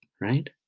right